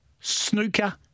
snooker